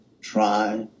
try